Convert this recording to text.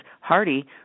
Hardy